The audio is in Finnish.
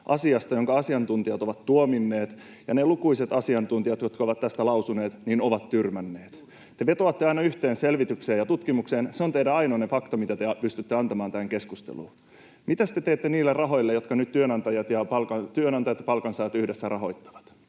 asiasta, jonka asiantuntijat ovat tuominneet, ja ne lukuisat asiantuntijat, jotka ovat tästä lausuneet, ovat tyrmänneet. Te vetoatte aina yhteen selvitykseen ja tutkimukseen. Se on teidän ainoa faktanne, mitä te pystytte antamaan tähän keskusteluun. Mitäs te teette niille rahoille, jotka nyt työnantajat ja palkansaajat yhdessä rahoittavat?